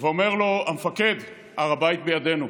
והוא אומר לו: המפקד, הר הבית בידינו.